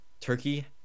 turkey